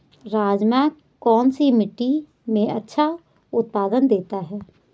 राजमा कौन सी मिट्टी में अच्छा उत्पादन देता है?